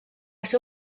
ser